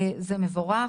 זה מבורך,